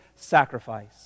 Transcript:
sacrifice